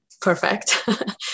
Perfect